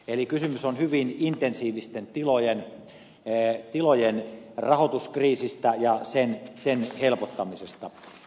eli kysymys on hyvin intensiivisten tilojen rahoituskriisistä ja sen helpottamisesta